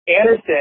Anderson